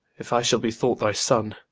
if i shall be thought thy son,